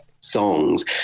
songs